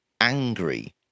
angry